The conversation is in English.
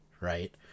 Right